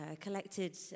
collected